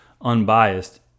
unbiased